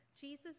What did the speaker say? Jesus